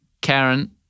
Karen